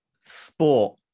sport